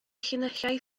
llinellau